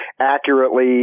accurately